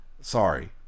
Sorry